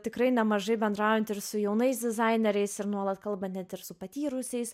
tikrai nemažai bendraujant ir su jaunais dizaineriais ir nuolat kalbant net ir su patyrusiais